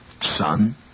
son